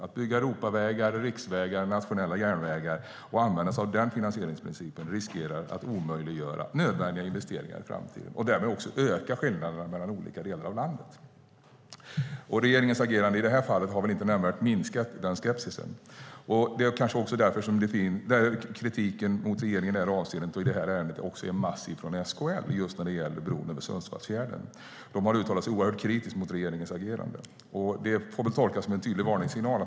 Att bygga Europavägar, riksvägar, nationella järnvägar och använda den finansieringsprincipen riskerar att omöjliggöra nödvändiga investeringar i framtiden och därmed också öka skillnaderna mellan olika delar av landet. Regeringens agerande i det här fallet har inte nämnvärt minskat den skepsisen. Det är kanske också därför som kritiken mot regeringen i det här avseendet är massiv också från SKL just när det gäller bron över Sundsvallsfjärden. SKL har uttalat sig mycket kritiskt mot regeringens agerande. Det får väl tolkas som en tydlig varningssignal.